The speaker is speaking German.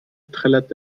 trällert